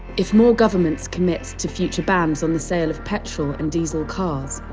if more governments commit to future bans, on the sale of petrol and diesel cars,